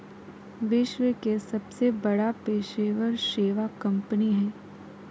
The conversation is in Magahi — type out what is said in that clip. विश्व के सबसे बड़ा पेशेवर सेवा कंपनी हइ